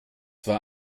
war